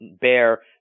bear